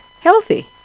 healthy